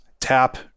tap